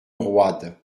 roide